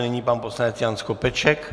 Nyní pan poslanec Jan Skopeček.